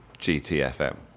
GTFM